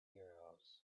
euros